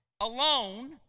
alone